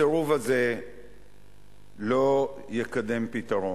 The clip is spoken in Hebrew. הסירוב הזה לא יקדם פתרון.